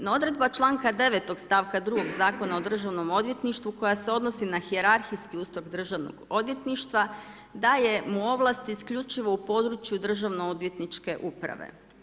No, odredba članka 9. stavka 2. Zakona o Državnom odvjetništvu koja se odnosi na hijerarhijski ustroj Državnog odvjetništva daje mu ovlasti isključivo u području državno odvjetničke uprave.